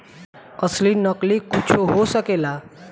असली नकली कुच्छो हो सकेला